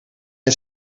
een